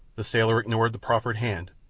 the sailor ignored the proffered hand,